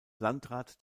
landrat